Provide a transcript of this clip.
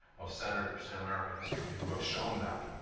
of senators in american history who have shown that.